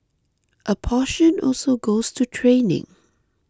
a portion also goes to training